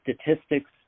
statistics